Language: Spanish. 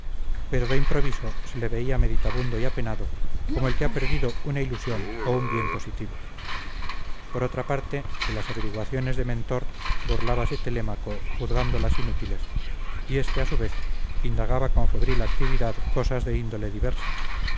pero de improviso se le veía meditabundo y apenado como el que ha perdido una ilusión o un bien positivo por otra parte de las averiguaciones de mentor burlábase telémaco juzgándolas inútiles y este a su vez indagaba con febril actividad cosas de índole diversa